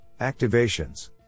activations